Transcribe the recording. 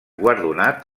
guardonat